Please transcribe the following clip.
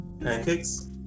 Pancakes